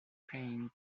playing